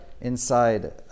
inside